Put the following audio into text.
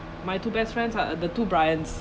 my two best friends lah uh the two brians